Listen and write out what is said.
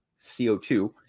CO2